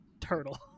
turtle